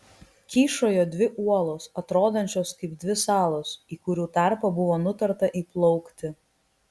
kyšojo dvi uolos atrodančios kaip dvi salos į kurių tarpą buvo nutarta įplaukti